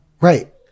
Right